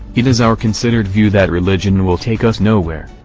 it is our considered view that religion will take us nowhere!